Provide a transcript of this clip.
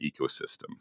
ecosystem